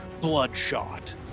bloodshot